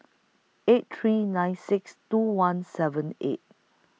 eight three nine six two one seven eight